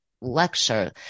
lecture